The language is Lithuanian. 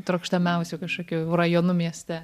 trokštamiausiu kažkokiu rajonu mieste